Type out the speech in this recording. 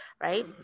right